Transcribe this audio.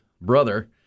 brother